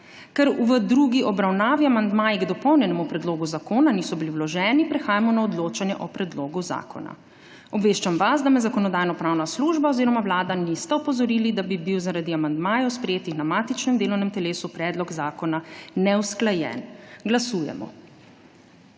Ker v drugi obravnavi amandmaji k dopolnjenemu predlogu zakona niso bili vloženi, prehajamo na odločanje o predlogu zakona. Obveščam vas, da me Zakonodajno-pravna služba oziroma Vlada nista opozorili, da bi bil zaradi amandmajev, sprejetih na matičnem delovnem telesu, predlog zakona neusklajen. Glasujemo.